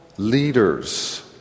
Leaders